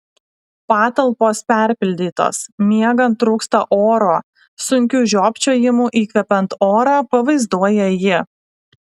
patalpos perpildytos miegant trūksta oro sunkiu žiopčiojimu įkvepiant orą pavaizduoja ji